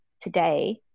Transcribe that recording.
today